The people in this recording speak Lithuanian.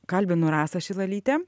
kalbinu rasą šilalytę